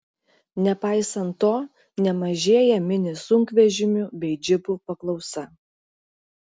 nepaisant to nemažėja mini sunkvežimių bei džipų paklausa